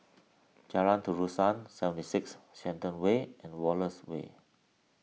Jalan Terusan seven six Shenton Way and Wallace Way